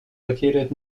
located